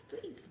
please